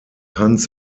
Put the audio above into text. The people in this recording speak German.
hans